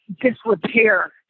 disrepair